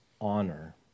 honor